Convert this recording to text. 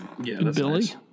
Billy